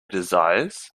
desires